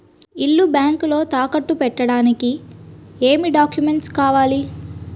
ఇల్లు బ్యాంకులో తాకట్టు పెట్టడానికి ఏమి డాక్యూమెంట్స్ కావాలి?